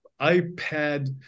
iPad